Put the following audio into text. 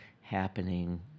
happening